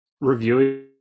reviewing